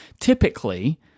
typically